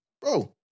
Bro